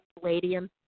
Palladium